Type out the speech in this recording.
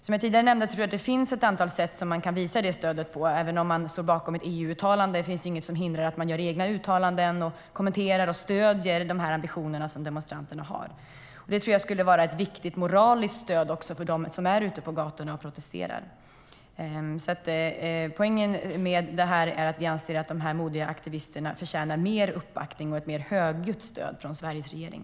Som jag tidigare nämnde tror jag att det finns ett antal sätt som man kan visa det stödet på. Även om man står bakom ett EU-uttalande finns det inget som hindrar att man gör egna uttalanden, kommenterar och stöder de ambitioner som demonstranterna har. Det tror jag skulle vara ett viktigt moraliskt stöd för dem som är ute på gatorna och protesterar. Poängen med detta är att vi anser att de modiga aktivisterna förtjänar mer uppbackning och ett mer högljutt stöd från Sveriges regering.